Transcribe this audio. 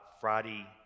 Friday